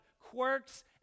quirks